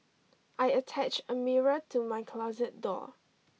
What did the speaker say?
I attached a mirror to my closet door